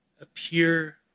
appear